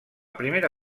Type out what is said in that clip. primera